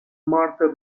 marthe